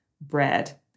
bread